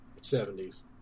70s